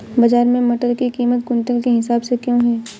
बाजार में मटर की कीमत क्विंटल के हिसाब से क्यो है?